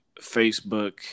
Facebook